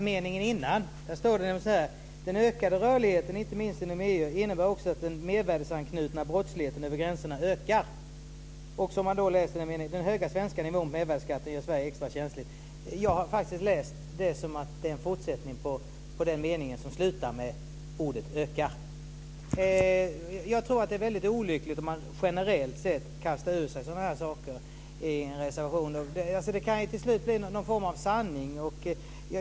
Fru talman! Då ska jag läsa meningen före. Där står det: "Den ökade rörligheten, inte minst inom EU, innebär också att den mervärdesskatteanknutna brottsligheten över gränserna ökar." Det står också: "Den höga svenska nivån på mervärdesskatten gör Sverige extra känsligt -." Jag har faktiskt läst detta som att det är en fortsättning på den mening som slutar med ordet ökar. Jag tror att det är väldigt olyckligt om man generellt sett kastar ur sig sådana saker i en reservation. Det kan ju till slut bli någon form av sanning.